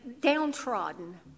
downtrodden